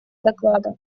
доклада